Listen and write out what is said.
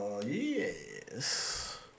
yes